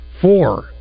Four